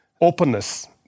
openness